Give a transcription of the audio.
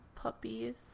puppies